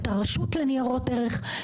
הרשות לניירות ערך.